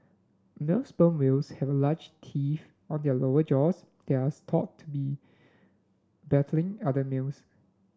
male sperm whales have large teeth on their lower jaws there are thought to be battling other males